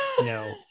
No